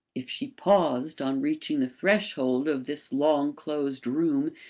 if she paused on reaching the threshold of this long-closed room,